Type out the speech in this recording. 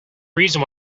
reason